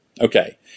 okay